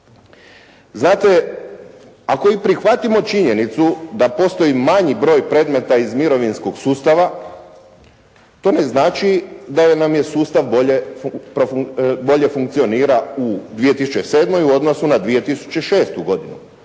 Znate, ako i prihvatimo činjenicu da postoji manji broj predmeta iz mirovinskog sustava to ne znači da nam sustav bolje funkcionira u 2007. u odnosu na 2006. godinu.